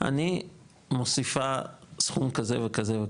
אני מוסיפה סכום כזה וכזה.